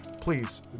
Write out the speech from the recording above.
please